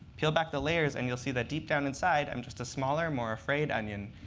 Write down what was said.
peel back the layers, and you'll see that deep down inside, i'm just a smaller, more afraid onion.